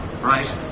right